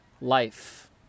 life